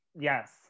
yes